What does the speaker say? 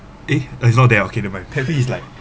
eh uh is not that ah okay never mind pet peeves is like